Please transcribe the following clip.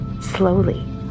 Slowly